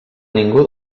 ningú